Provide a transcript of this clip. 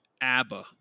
ABBA